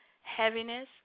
heaviness